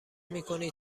میکنی